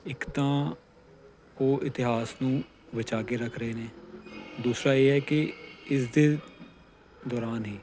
ਇੱਕ ਤਾਂ ਉਹ ਇਤਿਹਾਸ ਨੂੰ ਬਚਾ ਕੇ ਰੱਖ ਰਹੇ ਨੇ ਦੂਸਰਾ ਇਹ ਹੈ ਕਿ ਇਸਦੇ ਦੌਰਾਨ ਹੀ